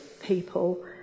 people